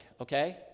okay